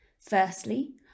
Firstly